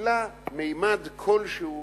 קיבלה ממד כלשהו